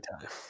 time